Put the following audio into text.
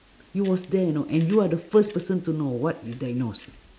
you was there you know and you are the first person to know what you diagnose